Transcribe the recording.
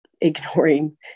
ignoring